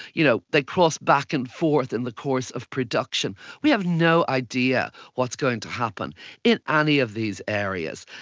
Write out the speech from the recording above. you know they cross back and forth in the course of production. we have no idea what's going to happen in any of these areas.